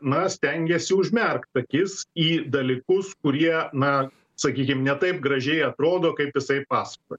na stengiasi užmerkt akis į dalykus kurie na sakykim ne taip gražiai atrodo kaip jisai pasakoja